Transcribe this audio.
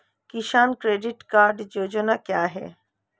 किसान credit card योजना क्या है?